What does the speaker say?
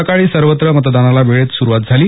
सकाळी सर्वत्र मतदानाला वेळत सुरूवात झाली